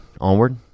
Onward